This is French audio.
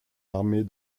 armées